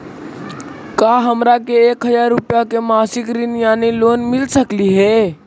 का हमरा के एक हजार रुपया के मासिक ऋण यानी लोन मिल सकली हे?